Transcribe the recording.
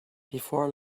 before